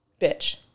bitch